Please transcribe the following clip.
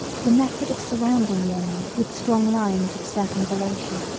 the method of surrounding the enemy with strong lines of circumvallation,